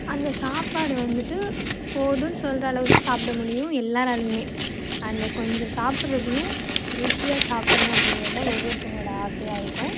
அந்த சாப்பாடு வந்துஐட்டு போதுன்னு சொல்லுறளவு தான் சாப்பிட முடியும் எல்லாராலையுமே அந்த கொஞ்சம் சாப்பிறதையும் ருசியாக சாப்பிட்ணும் அப்படிங்கிறது தான் ஒவ்வொருத்தவங்களோட ஆசையாக இருக்கும்